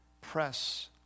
press